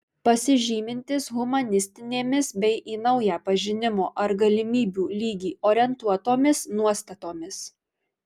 pasižymintis humanistinėmis bei į naują pažinimo ar galimybių lygį orientuotomis nuostatomis